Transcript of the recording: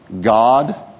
God